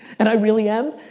and i really am,